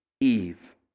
Eve